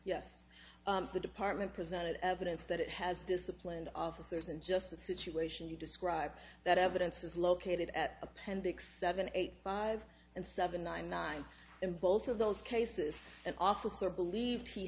yes the department presented evidence that it has disciplined officers and just the situation you describe that evidence is located at appendix seven eight five and seven nine nine in both of those cases an officer believed he